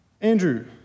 Andrew